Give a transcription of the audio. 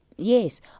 Yes